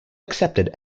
accepted